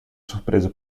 surpresa